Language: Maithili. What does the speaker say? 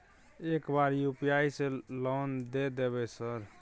एक बार यु.पी.आई से लोन द देवे सर?